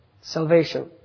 salvation